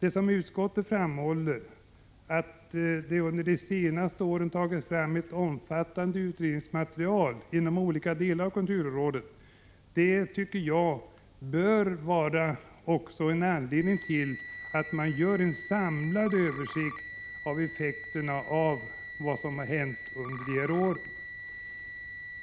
Det som utskottet framhåller, att det under de senaste åren tagits fram ett omfattande utredningsmaterial inom olika delar av kulturområdet, tycker jag bör vara en anledning till att man gör en samlad översikt av effekterna av 13 det som har hänt under de här åren.